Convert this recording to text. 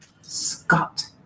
Scott